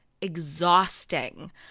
exhausting